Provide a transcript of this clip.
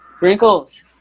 Wrinkles